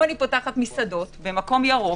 אם אני פותחת מסעדות במקום ירוק,